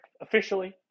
officially